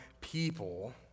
people